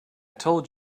told